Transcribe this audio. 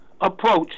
approach